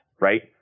right